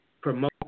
promote